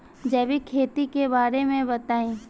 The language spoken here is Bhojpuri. जैविक खेती के बारे में बताइ